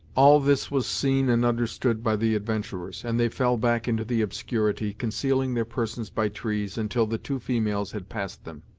all this was seen and understood by the adventurers, and they fell back into the obscurity, concealing their persons by trees, until the two females had passed them.